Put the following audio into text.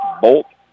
Bolt